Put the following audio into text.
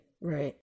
right